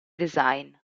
design